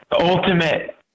ultimate